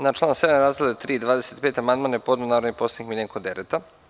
Na član 7. razdele 3 i 25 amandman je podneo narodni poslanik Miljenko Dereta.